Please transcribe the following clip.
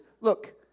look